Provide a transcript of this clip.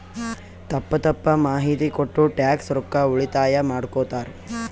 ತಪ್ಪ ತಪ್ಪ ಮಾಹಿತಿ ಕೊಟ್ಟು ಟ್ಯಾಕ್ಸ್ ರೊಕ್ಕಾ ಉಳಿತಾಯ ಮಾಡ್ಕೊತ್ತಾರ್